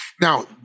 now